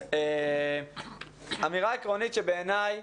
אמירה עקרונית שבעיניי